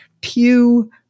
Pew